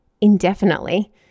indefinitely